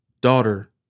Daughter